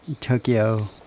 Tokyo